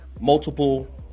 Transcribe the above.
multiple